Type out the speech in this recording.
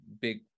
big